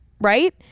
right